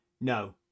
no